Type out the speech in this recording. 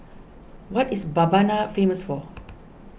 what is Mbabana famous for